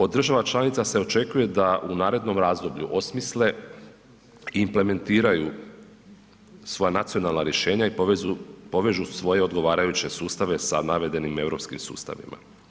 Od država članica se očekuje da u narednom razdoblju osmisle i implementiraju svoja nacionalna rješenja i povežu svoje odgovarajuće sustave sa navedenim europskim sustavima.